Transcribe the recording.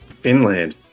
Finland